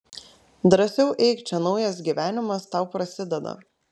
drąsiau eik čia naujas gyvenimas tau prasideda